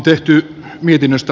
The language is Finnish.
arvoisa puhemies